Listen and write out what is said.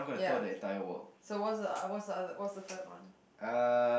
yeah so what's the ot~ what's the other waht's the third one